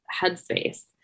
headspace